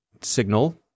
signal